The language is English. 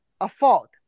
afford